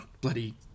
bloody